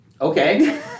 okay